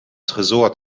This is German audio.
tresor